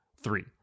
three